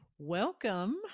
Welcome